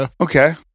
Okay